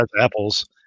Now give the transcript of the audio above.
apples